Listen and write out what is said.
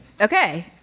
Okay